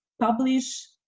publish